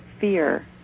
fear